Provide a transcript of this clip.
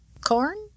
corn